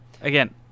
Again